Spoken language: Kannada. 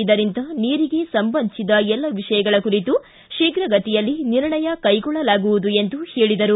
ಇದರಿಂದ ನೀರಿಗೆ ಸಂಬಂಧಿಸಿದ ಎಲ್ಲ ವಿಷಯಗಳ ಕುರಿತು ಶೀಘಗತಿಯಲ್ಲಿ ನಿರ್ಣಯ ಕ್ಟೆಗೊಳ್ಳಲಾಗುವುದು ಎಂದು ಹೇಳಿದರು